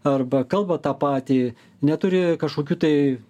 arba kalba tą patį neturi kažkokių tai